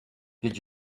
did